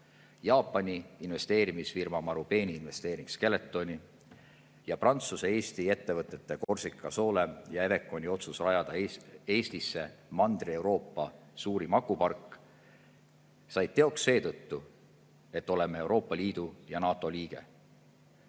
Jaapani investeerimisfirma Marubeni investeering Skeletoni ning Prantsuse-Eesti ettevõtete Corsica Sole ja Eveconi otsus rajada Eestisse Mandri‑Euroopa suurim akupark said teoks seetõttu, et oleme Euroopa Liidu ja NATO liige.